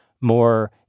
more